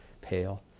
pale